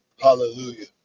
Hallelujah